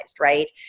right